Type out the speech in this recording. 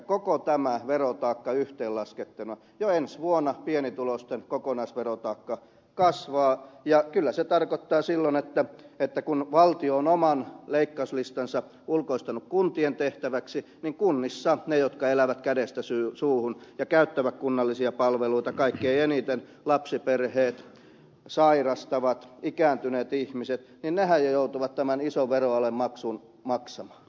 koko tämä verotaakka yhteenlaskettuna jo ensi vuonna pienituloisten kokonaisverotaakka kasvaa ja kyllä se tarkoittaa silloin että kun valtio on oman leikkauslistansa ulkoistanut kuntien tehtäväksi niin kunnissa ne jotka elävät kädestä suuhun ja käyttävät kunnallisia palveluita kaikkein eniten lapsiperheet sairastavat ikääntyneet ihmiset joutuvat tämän ison veroalen maksun maksamaan